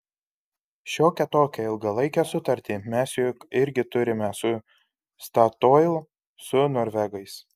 šiokią tokią ilgalaikę sutartį mes juk irgi turime su statoil su norvegais